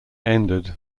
ended